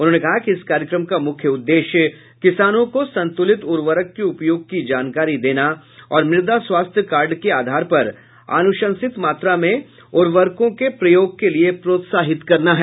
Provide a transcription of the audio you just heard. उन्होंने कहा कि इस कार्यक्रम का मुख्य उद्देश्य किसानों को संतुलित उर्वरक के उपयोग की जानकारी देना और मृदा स्वास्थ्य कार्ड के आधार पर अनुशंसित मात्रा में उर्वरकों के प्रयोग के लिये प्रोत्साहित करना है